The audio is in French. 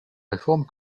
réforme